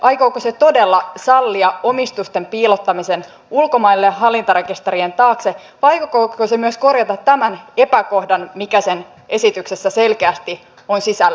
aikooko se todella sallia omistusten piilottamisen ulkomaille hallintarekisterien taakse vai aikooko se myös korjata tämän epäkohdan mikä sen esityksessä selkeästi on sisällä